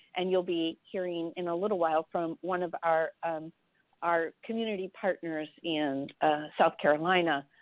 and you will be hearing in a little while from one of our um our community partners in south carolina.